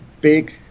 big